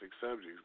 subjects